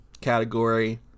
category